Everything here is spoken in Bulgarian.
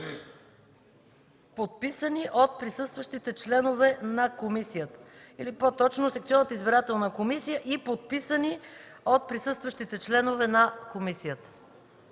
подписани от присъстващите членове на комисията”. Или по-точно: „секционната избирателна комисия и подписани от присъстващите членове на комисията”.